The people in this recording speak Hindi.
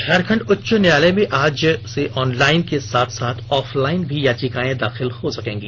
झारखंड उच्च न्यायालय में आज से ऑनलाइन के साथ साथ ऑफलाइन भी याचिकाएं दाखिल हो सकेंगी